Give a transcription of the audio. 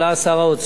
שר האוצר,